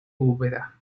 úbeda